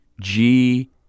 G-